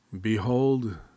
Behold